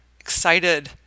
excited